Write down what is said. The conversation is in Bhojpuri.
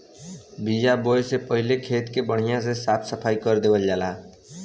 बिया बोये से पहिले खेत के बढ़िया से साफ सफाई कर देवल जाला